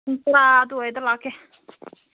ꯄꯨꯡ ꯇꯔꯥ ꯑꯗꯨꯋꯥꯏꯗ ꯂꯥꯛꯀꯦ